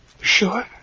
Sure